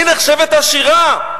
אני נחשבת עשירה.